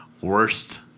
Worst